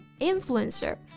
influencer